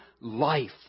life